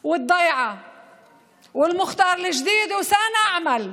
והמחזה "האחוזה", עם המוח'תאר החדש ו"נַעֲשֶׂה",